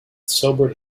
sobered